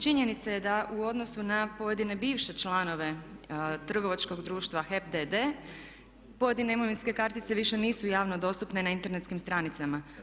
Činjenica je da u odnosu na pojedine bivše članove trgovačkog društva HEP d.d. pojedine imovinske kartice više nisu javno dostupne na internetskim stranicama.